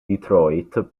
detroit